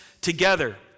together